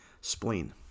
spleen